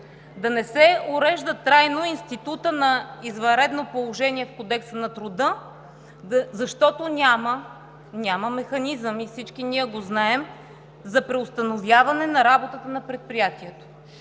Да не се урежда трайно институтът на извънредно положение в Кодекса на труда, защото няма механизъм, и всички ние го знаем, за преустановяване на работата на предприятието.